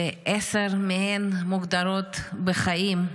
עשר מהן מוגדרות בחיים.